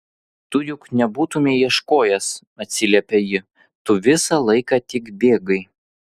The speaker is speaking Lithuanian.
tu juk nebūtumei ieškojęs atsiliepia ji tu visą laiką tik bėgai